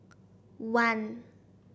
one